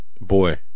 boy